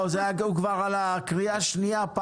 הוא כבר בפעם ה-17 על קריאה שנייה,